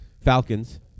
Falcons